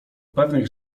pewnych